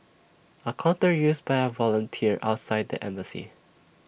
A counter used by A volunteer outside the embassy